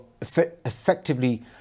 effectively